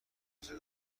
فاصله